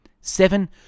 Seven